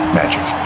magic